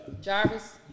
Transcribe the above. Jarvis